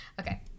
okay